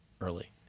early